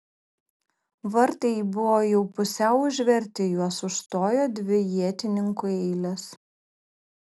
vartai buvo jau pusiau užverti juos užstojo dvi ietininkų eilės